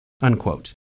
unquote